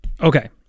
Okay